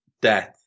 death